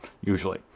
usually